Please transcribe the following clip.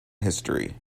history